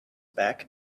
back